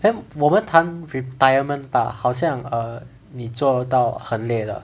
then 我们谈 retirement 吧好像 err 你做到很累了